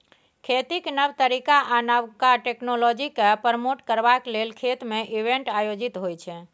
खेतीक नब तरीका आ नबका टेक्नोलॉजीकेँ प्रमोट करबाक लेल खेत मे इवेंट आयोजित होइ छै